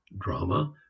drama